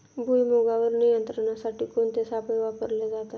भुईमुगावर नियंत्रणासाठी कोणते सापळे वापरले जातात?